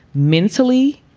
mentally,